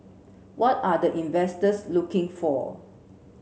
what are the investors looking for